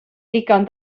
ddigon